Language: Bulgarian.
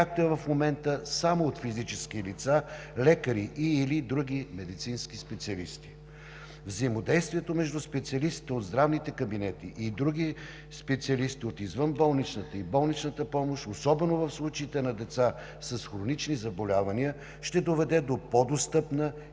както е в момента – само от физически лица – лекари и/или други медицински специалисти. Взаимодействието между специалистите от здравните кабинети и други специалисти от извънболничната и болничната помощ, особено в случаите на деца с хронични заболявания, ще доведе до по-достъпна,